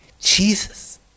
Jesus